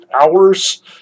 hours